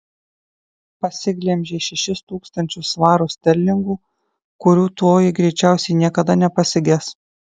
pasiglemžei šešis tūkstančius svarų sterlingų kurių toji greičiausiai niekada nepasiges